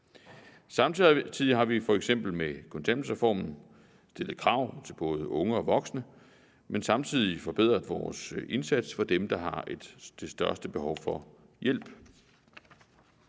Samtidig har vi f.eks. med kontanthjælpsreformen stillet krav til både unge og voksne, samtidig med at vi har forbedret vores indsats for dem, der har det største behov for hjælp.